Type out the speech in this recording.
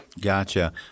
Gotcha